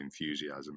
enthusiasm